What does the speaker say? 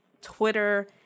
Twitter